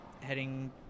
heading